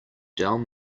down